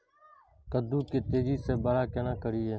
कद्दू के तेजी से बड़ा केना करिए?